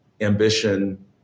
ambition